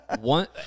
one